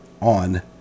on